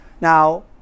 Now